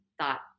thought